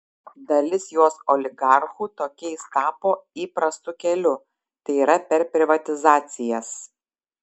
dalis jos oligarchų tokiais tapo įprastu keliu tai yra per privatizacijas